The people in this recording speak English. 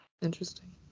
Interesting